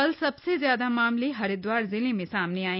कल सबसे ज्यादा मामले हरिदवार जिले में सामने आये